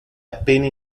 appena